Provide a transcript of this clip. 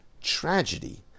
tragedy